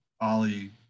Ollie